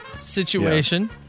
situation